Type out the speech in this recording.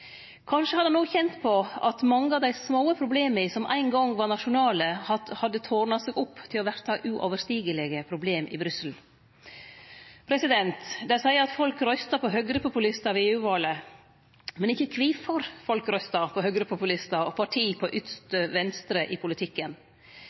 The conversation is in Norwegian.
Kanskje hadde han også kjent på at mange av dei små problema som ein gong var nasjonale, hadde tårna seg opp til å verte uoverstigelege problem i Brussel. Dei seier at folk røysta på høgrepopulistar ved EU-valet, men ikkje kvifor folk røysta på høgrepopulistar og parti på